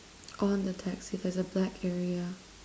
on the taxi there's a black area